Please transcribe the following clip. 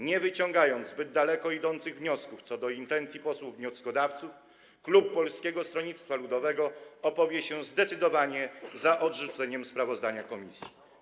Nie wyciągając zbyt daleko idących wniosków co do intencji posłów wnioskodawców, klub Polskiego Stronnictwa Ludowego opowie się zdecydowanie za odrzuceniem projektu ze sprawozdania komisji.